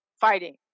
fighting